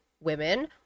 women